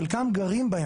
בחלקן גרים.